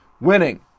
Winning